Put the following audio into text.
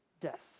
death